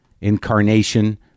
incarnation